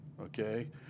okay